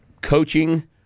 Coaching